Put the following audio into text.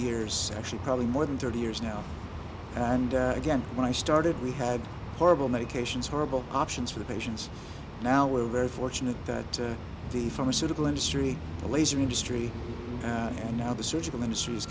years actually probably more than thirty years now and again when i started we had horrible medications horrible options for patients now we're very fortunate that the pharmaceutical industry the laser industry and now the surgical industry is